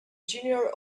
junior